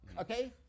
Okay